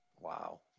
Wow